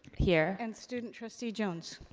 here. and student trustee jones.